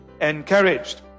encouraged